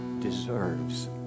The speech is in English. deserves